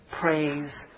praise